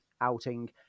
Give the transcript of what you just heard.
outing